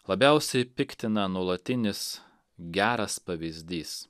labiausiai piktina nuolatinis geras pavyzdys